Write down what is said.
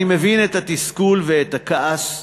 אני מבין את התסכול ואת הכעס,